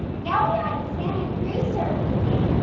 now we are at the santa cruz surf museum.